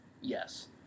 Yes